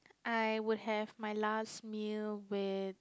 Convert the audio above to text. I would have my last meal with